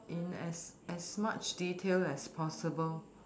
in as as much detail as possible